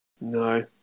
no